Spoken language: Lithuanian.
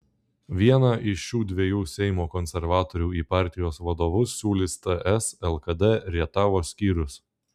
vieną iš šių dviejų seimo konservatorių į partijos vadovus siūlys ts lkd rietavo skyrius